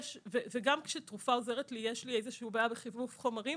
וגם כשתרופה עוזרת יש לי איזושהי בעיה בחילוף חומרים